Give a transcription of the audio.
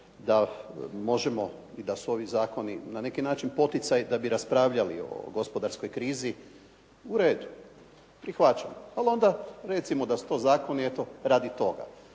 da možemo i da su ovi zakoni na neki način poticaj da bi raspravljali o gospodarskoj krizi, u redu. Prihvaćamo. Ali onda recimo da su to zakoni, eto radi toga